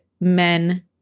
men